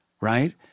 right